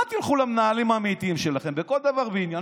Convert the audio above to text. נא תלכו למנהלים האמיתיים שלכם בכל דבר ועניין,